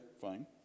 fine